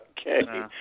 Okay